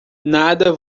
nada